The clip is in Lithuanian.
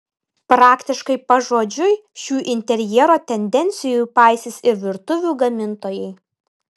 praktiškai pažodžiui šių interjero tendencijų paisys ir virtuvių gamintojai